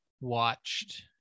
watched